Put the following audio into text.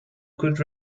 could